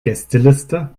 gästeliste